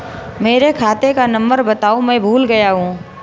मेरे खाते का नंबर बताओ मैं भूल गया हूं